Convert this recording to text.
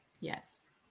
Yes